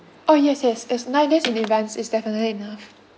oh yes yes it's nine days in advanced it's definitely enough